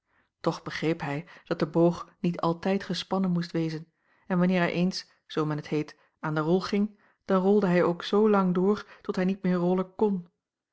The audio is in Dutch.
toch begreep hij dat de boog niet altijd gespannen moest wezen en wanneer hij eens zoo men t heet aan de rol ging dan rolde hij ook zoo lang door tot hij niet meer rollen kon